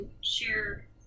share